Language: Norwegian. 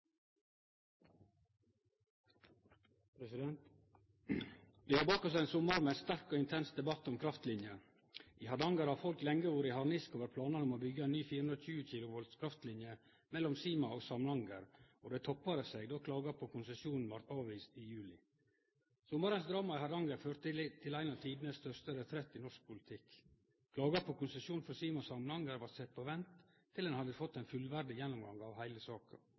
ein sterk og intens debatt om kraftlinjer. I Hardanger har folk lenge vore i harnisk over planane om å byggje ny 420 kV kraftlinje mellom Sima og Samnanger, og det toppa seg då klaga på konsesjon vart avvist i juli. Sommarens drama i Hardanger førte til ein av tidenes største retrettar i norsk politikk. Klaga på konsesjonen for Sima–Samnanger vart sett på vent til ein hadde fått ein fullverdig gjennomgang av heile saka.